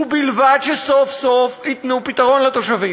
ובלבד שסוף-סוף ייתנו פתרון לתושבים.